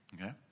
okay